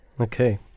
Okay